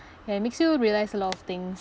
ya it makes you realise a lot of things